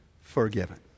forgiven